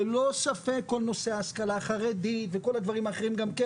ללא ספק כל נושא ההשכלה החרדית וכל הדברים האחרים גם כן,